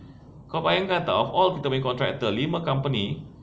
kau bayangkan [tau] of all kita punya contractor lima company